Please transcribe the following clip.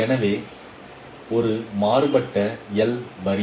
எனவே ஒரு மாற்றப்பட்ட வரி